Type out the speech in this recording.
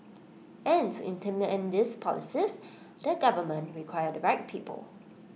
and to implement these policies the government require the right people